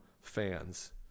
fans